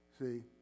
See